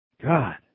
God